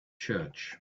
church